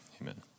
Amen